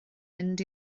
mynd